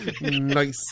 Nice